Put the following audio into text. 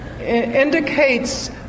indicates